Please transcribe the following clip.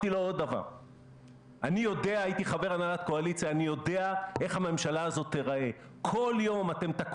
כי בסופו של דבר יושב פה מיקי זוהר שבעוד כשבוע וחצי אתה תגיד,